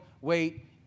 wait